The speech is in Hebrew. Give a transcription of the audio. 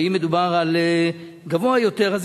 ואם מדובר על גבוה יותר,